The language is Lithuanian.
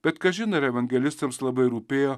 bet kažin ar evangelistams labai rūpėjo